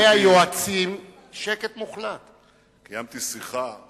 כיוון ששאלת, לפני שבוע קיימתי שיחה,